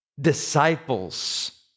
disciples